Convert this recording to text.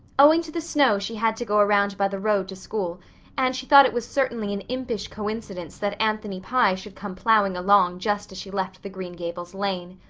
owing to the snow she had to go around by the road to school and she thought it was certainly an impish coincidence that anthony pye should come ploughing along just as she left the green gables lane.